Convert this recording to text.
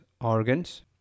organs